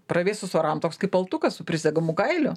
pravėsus oram toks kaip paltukas su prisegamu kailiu